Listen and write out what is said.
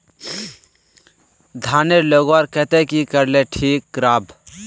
धानेर लगवार केते की करले ठीक राब?